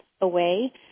away